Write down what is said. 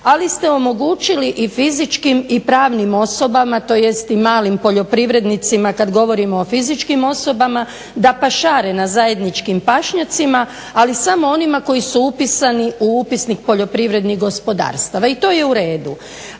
ali ste omogućili i fizičkim i pravnim osobama tj. i malim poljoprivrednicima kad govorimo o fizičkim osobama da pašare na zajedničkim pašnjacima, ali samo onima koji su upisani u upisnik poljoprivrednih gospodarstava i to je u redu,